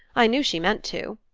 i knew she meant to.